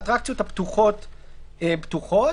האטרקציות הפתוחות פתוחות,